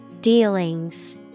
Dealings